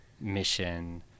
Mission